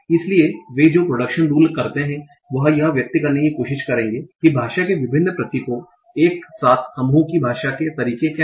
इसलिए वे जो प्रोडक्शन रूल्स करते हैं वह यह व्यक्त करने की कोशिश करेंगे कि भाषा के विभिन्न प्रतीकों एक साथ समूह की भाषा के तरीके क्या हैं